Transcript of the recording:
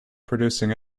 producing